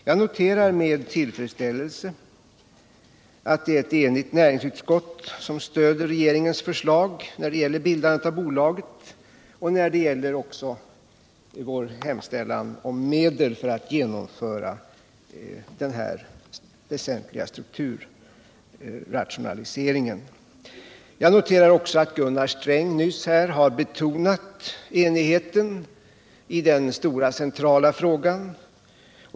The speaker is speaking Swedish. Jag noterar med tillfredsställelse att ett enigt näringsutskott stöder regeringens förslag till bildande av detta bolag och även vår hemställan om medel för att genomföra denna väsentliga strukturrationalisering. Jag noterar också att Gunnar Sträng nyss har betonat enigheten i den stora centrala frågan.